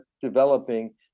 developing